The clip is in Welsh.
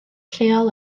lleol